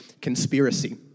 Conspiracy